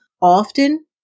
often